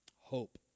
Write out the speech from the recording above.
Hope